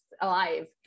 alive